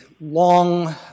long